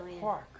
park